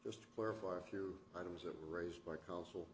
just clarify a few items that were raised by counsel